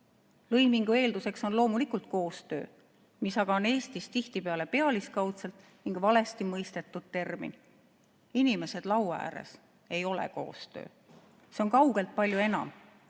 Lõimingu eeldus on loomulikult koostöö, mis aga on Eestis tihtipeale pealiskaudselt ning valesti mõistetud termin. Inimesed laua ääres ei ole koostöö, see on kaugelt palju enam.